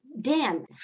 Dan